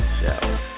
Show